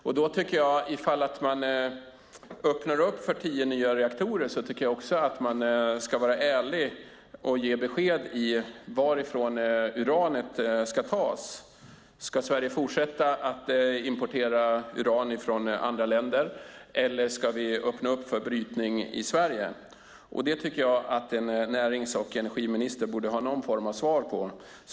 Om man öppnar upp för tio nya reaktorer tycker jag att man också ska vara ärlig och ge besked om varifrån uranet ska tas. Ska Sverige fortsätta att importera uran ifrån andra länder eller ska vi öppna upp för brytning i Sverige? Jag tycker att en närings och energiminister borde ha någon form av svar på detta.